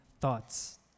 thoughts